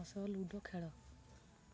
ମୋ ସହ ଲୁଡ଼ୋ ଖେଳ